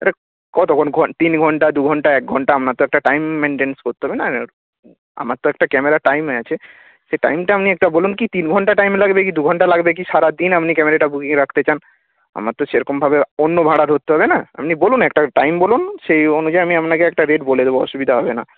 কতক্ষণ ক্ষণ তিন ঘণ্টা দু ঘণ্টা এক ঘণ্টা আপনার তো একটা টাইম মেনটেন করতে হবে না আমার তো একটা ক্যামেরার টাইমে আছে সেই টাইমটা আপনি একটা বলুন কী তিন ঘণ্টা টাইম লাগবে কী দু ঘণ্টা লাগবে কী সারাদিন আপনি ক্যামেরাটা বুকিংয়ে রাখতে চান আমার তো সেরকমভাবে অন্য ভাড়া ধরতে হবে না আপনি বলুন একটা টাইম বলুন সেই অনুযায়ী আমি আপনাকে একটা রেট বলে দেবো অসুবিধা হবে না